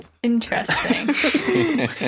Interesting